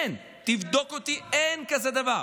תבדוק אותי, אין דבר כזה.